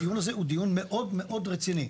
הדיון הזה הוא דיון מאוד מאוד רציני.